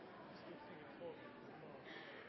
det. Stortinget